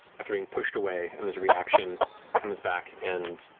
after being pushed away, and his reaction comes back and